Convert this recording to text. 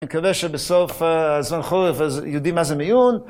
אני מקווה שבסוף הזמן החורף יודעים מה זה מיון.